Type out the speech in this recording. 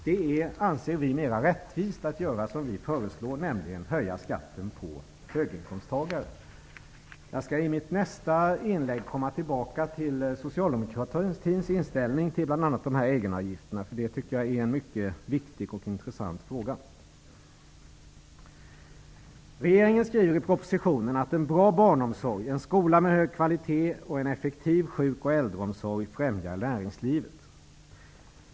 Det är mer rättvist att göra som Vänsterpartiet föreslår, nämligen att höja skatten för höginkomsttagare. I mitt nästa inlägg ämnar jag komma tillbaka till Socialdemokratins inställning till bl.a. de här egenavgifterna. Det är en mycket viktig och intressant fråga. Regeringen skriver i propositionen att en bra barnomsorg, en skola med hög kvalitet och en effektiv sjuk och äldreomsorg främjar näringslivet.